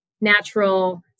natural